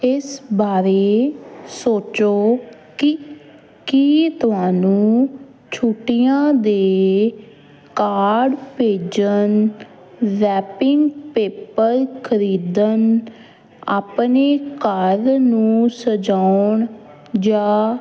ਇਸ ਬਾਰੇ ਸੋਚੋ ਕਿ ਕੀ ਤੁਹਾਨੂੰ ਛੁੱਟੀਆਂ ਦੇ ਕਾਰਡ ਭੇਜਣ ਰੈਪਿੰਗ ਪੇਪਰ ਖ਼ਰੀਦਣ ਆਪਣੇ ਘਰ ਨੂੰ ਸਜਾਉਣ ਜਾਂ